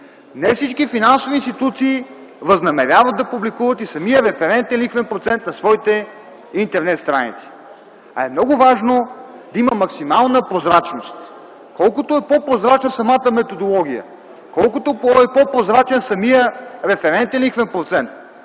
Не всички финансови институции възнамеряват да публикуват и самия референтен лихвен процент на своите интернет страници. А е много важно да има максимална прозрачност. Колкото е по-прозрачна самата методология, колкото е по-прозрачен самият референтен лихвен процент,